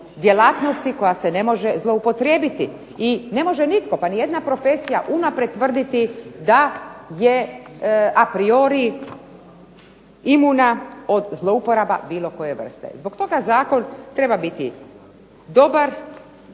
djelatnosti koja se ne može zloupotrijebiti i ne može nitko pa ni jedna profesija unaprijed tvrditi da je a priori imuna od zlouporaba bilo koje vrste. Zbog toga zakon treba biti dobar.